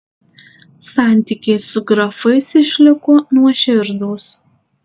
santykiai su grafais išliko nuoširdūs